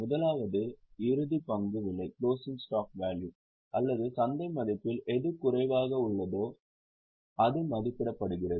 முதலாவது இறுதி பங்கு விலை அல்லது சந்தை மதிப்பில் எது குறைவாக உள்ளதோ அது மதிப்பிடப்படுகிறது